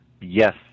Yes